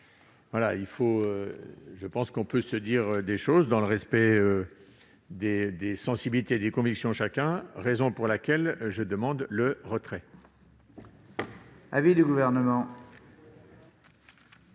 besoins. Je pense que l'on peut se dire les choses, dans le respect des sensibilités et des convictions de chacun. C'est la raison pour laquelle je demande le retrait